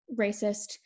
racist